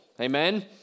amen